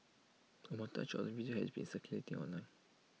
A montage of the video has been circulating online